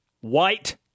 White